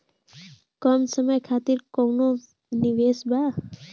कम समय खातिर कौनो निवेश बा?